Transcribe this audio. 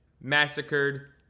massacred